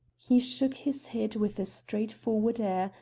he shook his head with a straight-forward air,